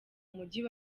mujyi